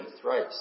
thrice